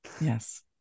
Yes